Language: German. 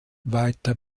weiter